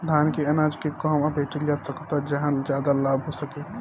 धान के अनाज के कहवा बेचल जा सकता जहाँ ज्यादा लाभ हो सके?